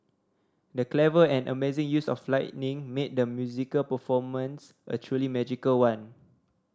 the clever and amazing use of lighting made the musical performance a truly magical one